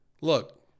look